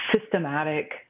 systematic